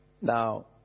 Now